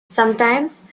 sometimes